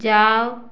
जाओ